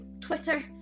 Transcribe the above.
Twitter